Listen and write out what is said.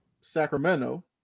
Sacramento